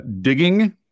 digging